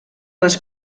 les